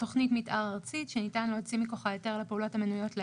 תוכנית מתאר ארצית שניתן להוציא מכוחה היתר לפעולות המנויות להלן: